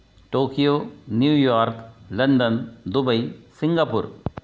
Tokyo New York London Dubai Singapore